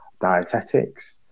dietetics